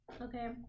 okay